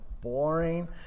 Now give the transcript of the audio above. boring